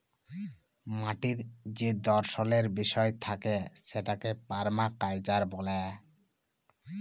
মাটির যে দর্শলের বিষয় থাকে সেটাকে পারমাকালচার ব্যলে